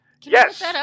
Yes